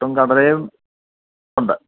പുട്ടും കടലയും ഉണ്ട്